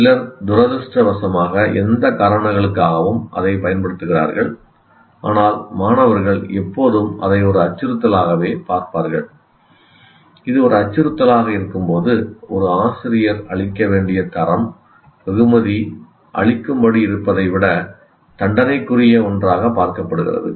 சிலர் துரதிர்ஷ்டவசமாக எந்த காரணங்களுக்காகவும் அதைப் பயன்படுத்துகிறார்கள் ஆனால் மாணவர்கள் எப்போதும் அதை ஒரு அச்சுறுத்தலாகவே பார்ப்பார்கள் இது ஒரு அச்சுறுத்தலாக இருக்கும்போது ஒரு ஆசிரியர் அளிக்க வேண்டிய தரம் வெகுமதி அளிக்கும் படி இருப்பதை விட தண்டனைக்குரிய ஒன்றாக பார்க்கப்படுகிறது